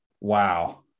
Wow